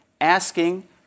asking